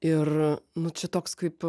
ir nu čia toks kaip